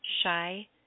shy